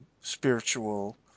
spiritual